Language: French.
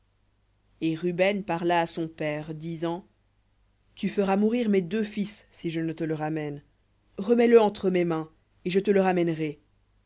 et ruben parla à son père disant tu feras mourir mes deux fils si je ne te le ramène remets le entre mes mains et je te le ramènerai